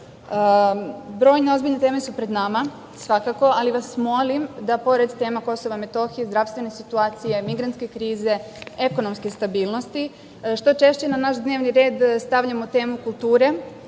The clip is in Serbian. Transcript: ozbiljne teme su pred nama svakako, ali vas molim da pored tema KiM, zdravstvene situacije, migrantske krize, ekonomske stabilnosti, što češće na dnevni red stavljamo temu kulture,